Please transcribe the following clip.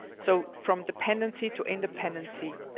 so from dependency to independency,